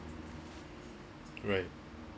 right